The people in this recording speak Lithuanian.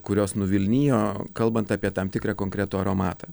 kurios nuvilnijo kalbant apie tam tikrą konkretų aromatą